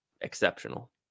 exceptional